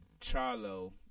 Charlo